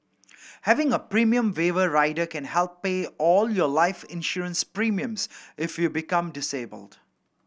having a premium waiver rider can help pay all your life insurance premiums if you become disabled